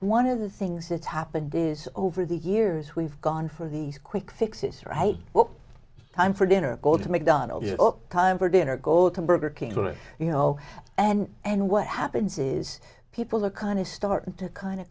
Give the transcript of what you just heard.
one of the things that's happened is over the years we've gone for these quick fixes right what time for dinner go to mcdonald's cover dinner go to burger king you know and and what happens is people are kind of starting to kind